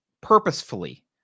purposefully